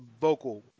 vocal